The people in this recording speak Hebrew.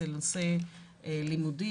זה נושא לימודים,